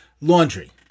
laundry